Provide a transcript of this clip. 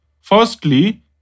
Firstly